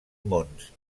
mons